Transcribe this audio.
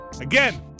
Again